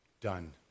done